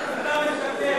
אתה משקר.